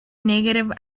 negative